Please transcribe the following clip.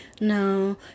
no